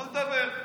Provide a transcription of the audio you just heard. לא לדבר.